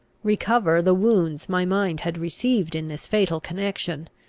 recover the wounds my mind had received in this fatal connection,